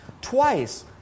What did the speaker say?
Twice